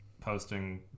posting